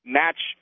match